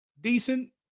decent